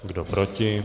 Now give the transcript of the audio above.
Kdo proti?